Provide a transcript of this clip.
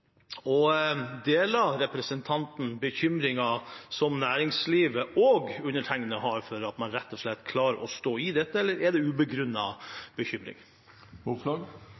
representanten bekymringen som næringslivet og undertegnede har for at man klarer å stå i dette, eller er det ubegrunnet bekymring?